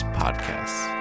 podcasts